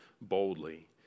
boldly